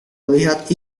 melihat